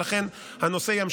ולכן הנושא הזה,